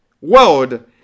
world